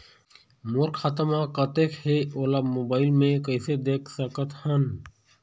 मोर खाता म कतेक हे ओला मोबाइल म कइसे देख सकत हन?